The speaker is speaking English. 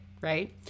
right